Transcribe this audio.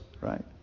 right